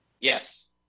Yes